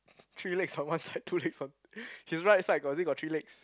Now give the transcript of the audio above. three legs on one side two legs on his right side got is it got three legs